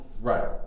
Right